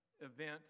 event